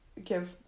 give